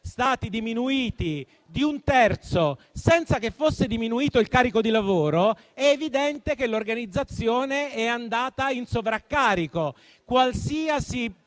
stati diminuiti di un terzo, senza che sia diminuito il carico di lavoro, è evidente che l'organizzazione è andata in sovraccarico.